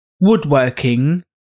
woodworking